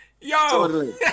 Yo